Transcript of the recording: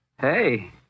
hey